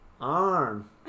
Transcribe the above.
arm